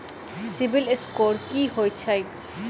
CIBIL score की होइत छैक?